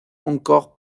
encore